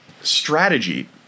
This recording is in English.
strategy